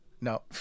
No